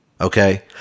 Okay